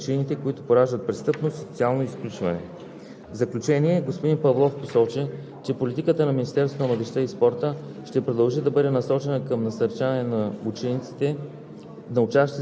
Отчетена е необходимостта от взаимодействие на институциите за провеждане на политиките за личностното и професионалното развитие на младите хора, както и за предотвратяване на причините, които пораждат престъпност и социално изключване.